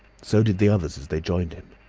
so did the others as they joined him.